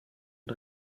und